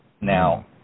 Now